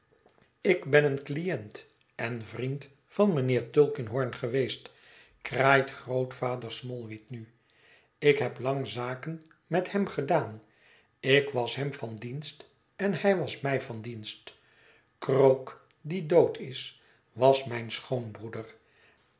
ik ben een cliënt en vriend van mijnheer tulkinghorn geweest kraait grootvader smallweed nu ik heb lang zaken met hem gedaan ik was hem van dienst en hij was mij van dienst krook die dood is was mijn schoonbroeder